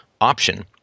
option